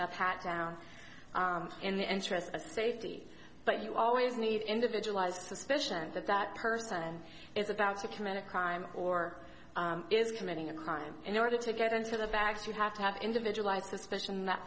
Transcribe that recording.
a pat down in the interest of safety but you always need individualized suspicion that that person is about to commit a crime or is committing a crime in order to get into the facts you have to have individualized suspicion that